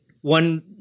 one